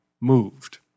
moved